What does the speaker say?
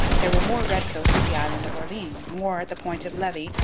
there were more redcoats at the island of orleans, more at the point of levy,